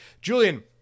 Julian